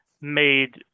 made